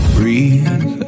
Breathe